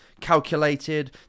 calculated